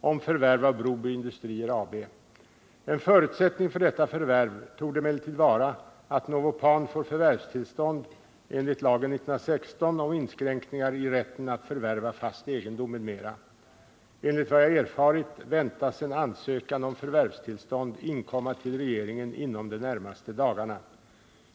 om förvärv av Broby Industrier AB. En förutsättning för detta förvärv torde emellertid vara att Novopan får förvärvstillstånd enligt lagen om inskränkningar i rätten att förvärva fast egendom m.m. Enligt vad jag har erfarit väntas en ansökan om förvärvstillstånd inkomma till regeringen inom de närmaste dagarna.